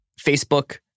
Facebook